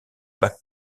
bac